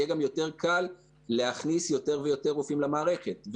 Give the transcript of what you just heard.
יהיה גם יותר קל להכניס יותר ויותר רופאים ואחיות למערכת.